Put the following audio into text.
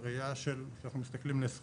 בראייה שאנחנו מסתכלים ל- 2050,